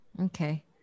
Okay